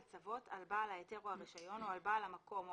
לצוות על בעל ההיתר או הרישיון או על בעל המקום או